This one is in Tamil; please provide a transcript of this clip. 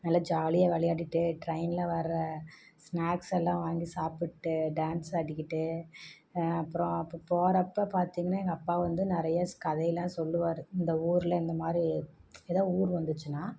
நல்ல ஜாலியாக வெளையாடிட்டு ட்ரெயினில் வர்ற ஸ்நாக்ஸ் எல்லாம் வாங்கி சாப்பிட்டு டான்ஸ் ஆடிக்கிட்டு அப்புறம் போறப்போ பாத்திங்கனா எங்கள் அப்பா வந்து நிறையா கதையெல்லாம் சொல்லுவார் இந்த ஊரில் இந்தமாதிரி எதா ஊர் வந்துச்சுன்னா